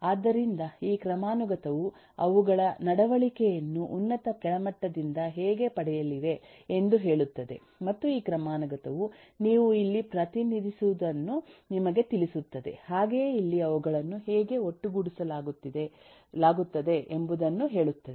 ಆದ್ದರಿಂದ ಈ ಕ್ರಮಾನುಗತವು ಅವುಗಳ ನಡವಳಿಕೆಯನ್ನು ಉನ್ನತ ಕೆಳಮಟ್ಟದಿಂದ ಹೇಗೆ ಪಡೆಯಲಿವೆ ಎಂದು ಹೇಳುತ್ತದೆ ಮತ್ತು ಈ ಕ್ರಮಾನುಗತವು ನೀವು ಇಲ್ಲಿ ಪ್ರತಿನಿಧಿಸುವದನ್ನು ನಿಮಗೆ ತಿಳಿಸುತ್ತದೆ ಹಾಗೆಯೇ ಇಲ್ಲಿ ಅವುಗಳನ್ನು ಹೇಗೆ ಒಟ್ಟುಗೂಡಿಸಲಾಗುತ್ತದೆ ಎಂಬುದನ್ನು ಹೇಳುತ್ತದೆ